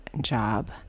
job